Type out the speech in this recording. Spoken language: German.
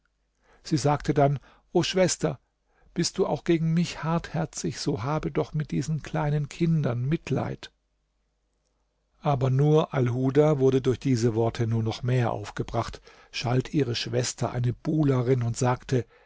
sie sagte dann o schwester bist du auch gegen mich hartherzig so habe doch mit diesen kleinen kindern mitleid aber nur alhuda wurde durch diese worte nur noch mehr aufgebracht schalt ihre schwester eine buhlerin und sagte